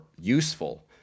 useful